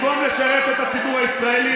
במקום לשרת את הציבור הישראלי,